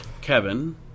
Kevin